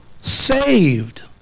Saved